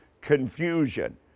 confusion